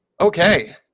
okay